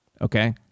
Okay